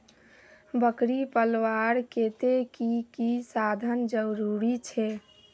बकरी पलवार केते की की साधन जरूरी छे?